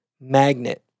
magnet